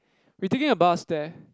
we taking a bus there